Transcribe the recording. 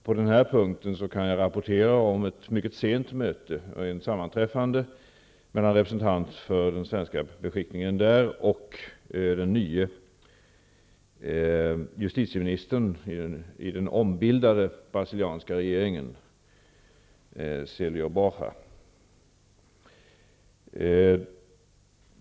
På denna punkt kan jag rapportera om ett sammanträffande som skett alldeles nyligen mellan en representant för den svenska beskickningen och Célio Borja, den nye justitieministern i den ombildade regeringen.